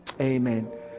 Amen